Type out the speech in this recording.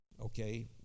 okay